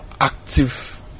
active